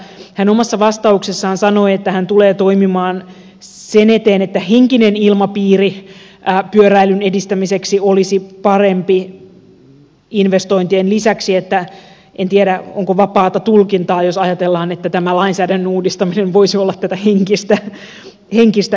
hän omassa vastauksessaan sanoi tulevansa toimimaan sen eteen että henkinen ilmapiiri pyöräilyn edistämiseksi olisi parempi investointien lisäksi en tiedä onko vapaata tulkintaa jos ajatellaan että tämä lainsäädännön uudistaminen voisi olla tätä henkistä ilmapiiriä